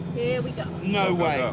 we go. no way.